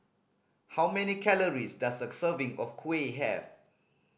how many calories does a serving of kuih have